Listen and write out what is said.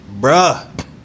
Bruh